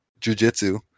jujitsu